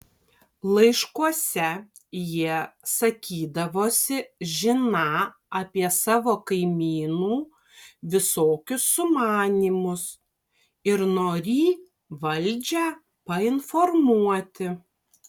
laiškuose jie sakydavosi žiną apie savo kaimynų visokius sumanymus ir norį valdžią painformuoti